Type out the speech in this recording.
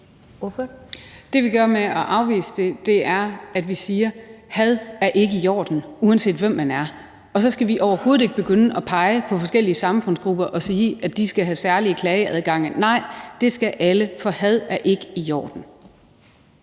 Det, vi gør ved at afvise det, er at sige: Had er ikke i orden, uanset hvem man er. Og så skal vi overhovedet ikke begynde at pege på forskellige samfundsgrupper og sige, at de skal have særlige klageadgange. Nej, det skal alle, for had er ikke i orden.